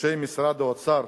אנשי משרד האוצר